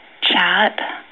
Chat